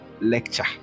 lecture